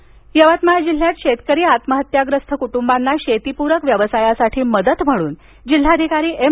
mission उभारी यवतमाळ जिल्ह्यात शेतकरी आत्महत्याग्रस्त कुटुंबांना शेतीपूरक व्यवसायासाठी मदत म्हणून जिल्हाधिकारी एम